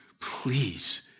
please